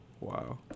Wow